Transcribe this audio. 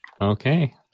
Okay